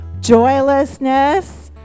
Joylessness